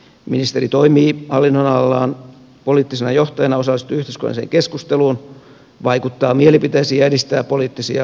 ministeri toimii hallinnonalallaan poliittisena johtajana osallistuu yhteiskunnalliseen keskusteluun vaikuttaa mielipiteisiin ja edistää poliittisia päämääriä